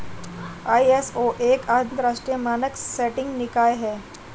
ISO एक अंतरराष्ट्रीय मानक सेटिंग निकाय है